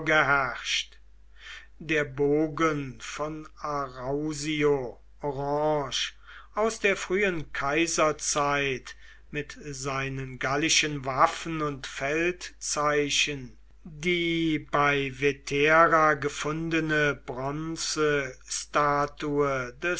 vorgeherrscht der bogen von arausio orange aus der frühen kaiserzeit mit seinen gallischen waffen und feldzeichen die bei vetera gefundene bronzestatue